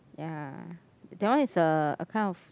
ya that one is a a kind of